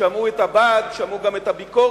שמעו את הבעד, שמעו גם את הביקורת